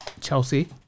Chelsea